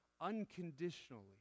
unconditionally